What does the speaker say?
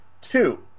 Two